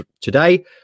today